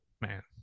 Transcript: man